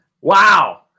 Wow